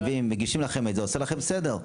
מביאים, מגישים לכם את זה, וזה עושה לכם סדר.